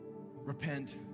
Repent